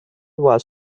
was